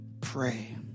pray